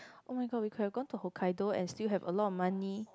oh-my-god we can go to hokkaido and still have a lot of money